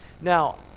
Now